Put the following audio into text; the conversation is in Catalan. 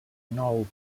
nou